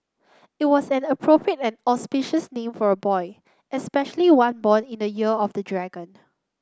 it was an appropriate and auspicious name for a boy especially one born in the year of the dragon